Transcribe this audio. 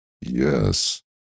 yes